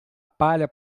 palha